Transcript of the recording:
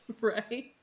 right